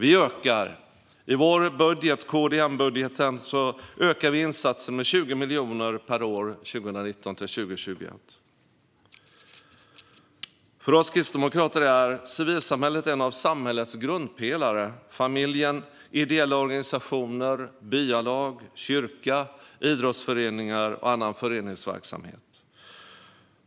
I KD-M-budgeten ökar vi insatsen med 20 miljoner per år 2019-2021. För oss kristdemokrater är civilsamhället en av samhällets grundpelare - familjen, ideella organisationer, byalag, kyrka, idrottsföreningar och annan föreningsverksamhet.